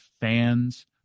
fans